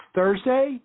Thursday